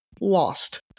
lost